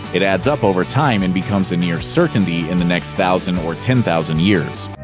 it adds up over time and becomes a near certainty in the next thousand or ten thousand years.